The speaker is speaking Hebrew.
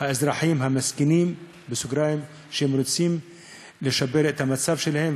האזרחים המסכנים שרוצים לשפר את המצב שלהם.